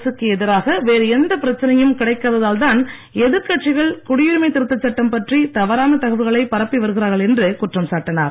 அரசுக்கு எதிராக வேறு எந்தப் பிரச்சனையும் கிடைக்காததால் தான் எதிர்கட்கள் குடியுரிமை திருத்த சட்டம் பற்றி தவறான தகவல்களை பரப்பி வருகிறார்கள் என்று குற்றம் சாட்டினார்